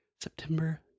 September